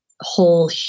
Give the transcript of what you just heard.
whole